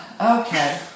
Okay